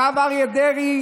הרב אריה דרעי,